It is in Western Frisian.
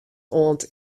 oant